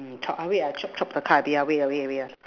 wait I chop chop the cards a bit wait wait wait